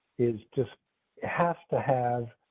is just has to have